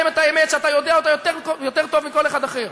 תגיד להם את האמת שאתה יודע יותר טוב מכל אחד אחר,